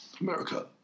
America